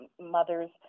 mothers